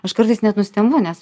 aš kartais net nustembu nes